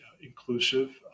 inclusive